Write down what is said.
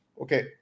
Okay